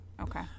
Okay